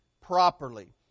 properly